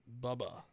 Bubba